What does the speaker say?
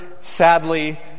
sadly